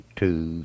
two